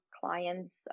clients